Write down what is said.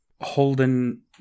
holding